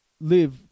live